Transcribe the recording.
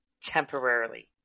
temporarily